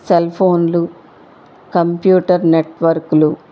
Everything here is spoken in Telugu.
సెల్ఫోన్లు కంప్యూటర్ నెట్వర్క్లు